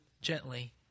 gently